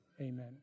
amen